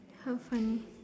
how funny